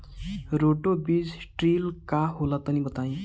Roto बीज drill का होला तनि बताई?